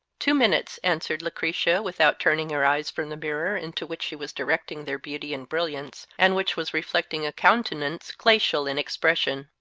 two minutes, answered lucretia, without turning her eyes from the mirror into which she was directing their beauty and brilliance, and which was reflecting a countenance glacial in expression.